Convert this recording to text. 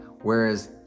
Whereas